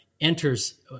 enters